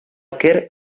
кер